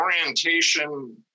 orientation